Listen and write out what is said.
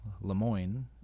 Lemoyne